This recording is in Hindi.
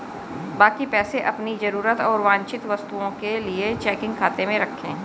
बाकी पैसे अपनी जरूरत और वांछित वस्तुओं के लिए चेकिंग खाते में रखें